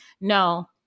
No